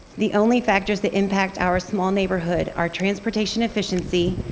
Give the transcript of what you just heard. the only factors that impact our small neighborhood are transportation efficiency,